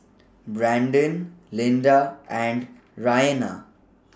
Brandon Linda and Raina